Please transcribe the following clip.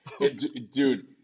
Dude